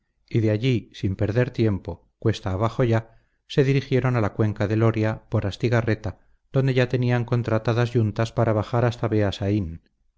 y de allí sin perder tiempo cuesta abajo ya se dirigieron a la cuenca del oria por astigarreta donde ya tenían contratadas yuntas para bajar hasta beasaín la